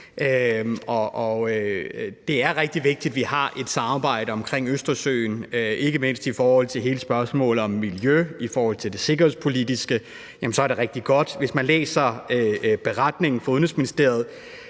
det er rigtig vigtigt, at vi har et samarbejde om Østersøen. Ikke mindst i forhold til hele spørgsmålet om miljø og i forhold til det sikkerhedspolitiske er det rigtig godt. Hvis man læser beretningen fra Udenrigsministeriet,